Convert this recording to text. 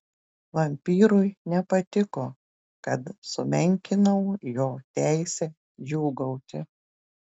vampyrui nepatiko kad sumenkinau jo teisę džiūgauti